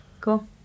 cool